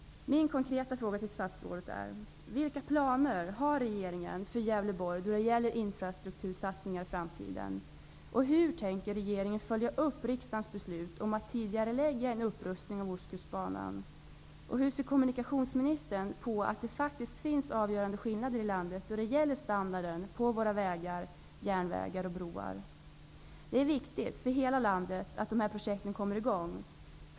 Mina konkreta frågor till statsrådet är: Vilka planer har regeringen för Gävleborg då det gäller infrastruktursatsningar i framtiden? Hur tänker regeringen följa upp riksdagens beslut om att tidigarelägga en upprustning av ostkustbanan? Hur ser kommunikationsministern på att det faktiskt finns avgörande skillnader i landet då det gäller standarden på våra vägar, järnvägar och broar? Det är viktigt för hela landet att de här projekten kommer i gång.